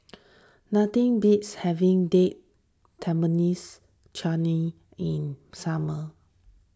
nothing beats having Date Tamarinds Chutney in summer